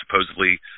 supposedly